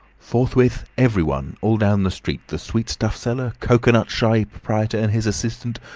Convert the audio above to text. forthwith everyone all down the street, the sweetstuff seller, cocoanut shy proprietor and his assistant,